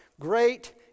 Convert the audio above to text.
great